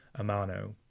Amano